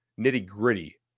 nitty-gritty